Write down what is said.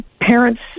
parents